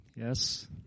Yes